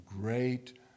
great